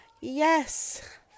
Yes